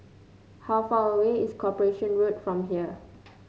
how far away is Corporation Road from here